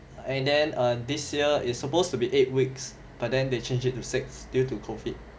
and then err this year is supposed to be eight weeks but then they change it to six due to COVID